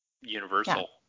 universal